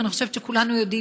אני חושבת שכולנו יודעים,